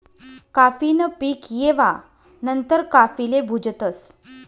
काफी न पीक येवा नंतर काफीले भुजतस